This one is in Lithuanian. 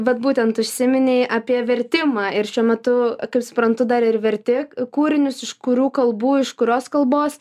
bet būtent užsiminei apie vertimą ir šiuo metu kaip suprantu dar ir verti kūrinius iš kurių kalbų iš kurios kalbos